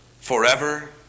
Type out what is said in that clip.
forever